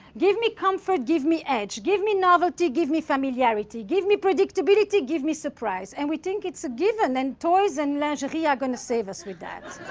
give me comfort, give me edge. give me novelty, give me familiarity. give me predictability, give me surprise. and we think it's a given, and toys and lingerie are going to save us with that.